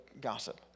gossip